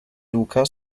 luca